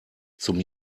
zum